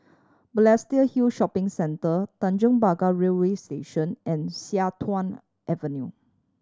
Balestier Hill Shopping Centre Tanjong Pagar Railway Station and Sian Tuan Avenue